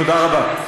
תודה רבה.